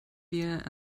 wir